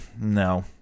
no